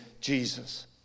Jesus